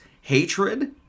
hatred